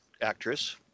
actress